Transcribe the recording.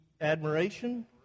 admiration